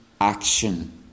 action